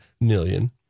million